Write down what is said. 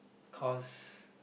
cause